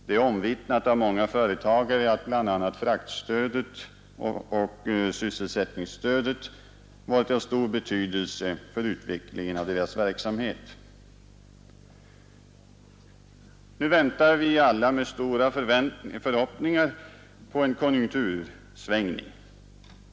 Det är omvittnat av många företagare att bl.a. fraktstödet och sysselsättningsstödet varit av stor betydelse för utvecklingen av deras verksamhet. Nu väntar vi alla med stora förhoppningar på en konjunktursvängning.